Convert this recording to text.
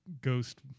ghost